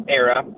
era